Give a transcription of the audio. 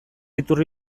iturri